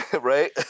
Right